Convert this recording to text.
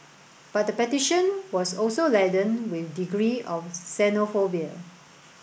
but the petition was also laden with a degree of xenophobia